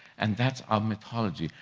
and that um mythology,